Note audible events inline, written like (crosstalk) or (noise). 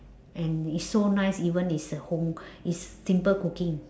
and it's so nice even is a home (breath) is simple cooking